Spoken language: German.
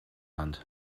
hand